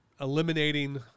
eliminating